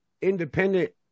independent